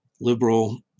liberal